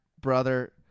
brother